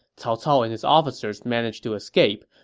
cao cao and his officers managed to escape,